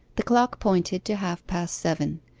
the clock pointed to half-past seven.